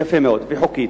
יפה מאוד, חוקית.